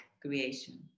creation